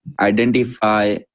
identify